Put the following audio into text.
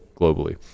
globally